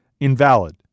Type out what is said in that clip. invalid